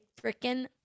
freaking